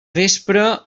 vespre